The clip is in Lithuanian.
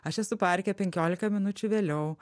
aš esu parke penkiolika minučių vėliau